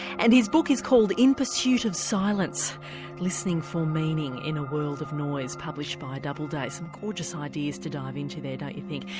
and his book is called in pursuit of silence listening for meaning in a world of noise, published by doubleday. some gorgeous ideas to dive into there don't you think?